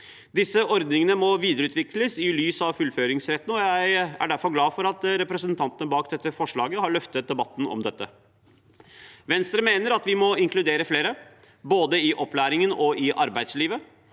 Disse ordningene må videreutvikles i lys av fullføringsretten, og jeg er derfor glad for at representantene bak dette forslaget har løftet debatten om dette. Venstre mener at vi må inkludere flere både i opplæringen og i arbeidslivet.